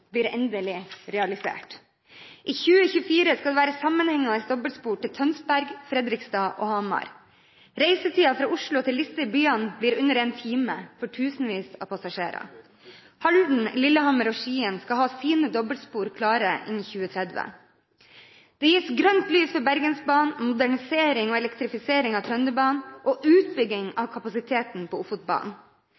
blir endelig realisert. I 2024 skal det være sammenhengende dobbeltspor til Tønsberg, Fredrikstad og Hamar. Reisetiden fra Oslo til disse byene blir under 1 time for tusenvis av passasjerer. Halden, Lillehammer og Skien skal ha sine dobbeltspor klare innen 2030. Det gis grønt lys for Bergensbanen, modernisering og elektrifisering av Trønderbanen og utbygging av